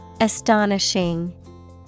Astonishing